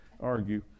argue